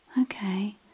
Okay